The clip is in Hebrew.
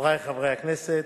חברי חברי הכנסת,